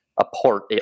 apart